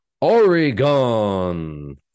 Oregon